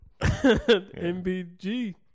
MBG